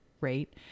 rate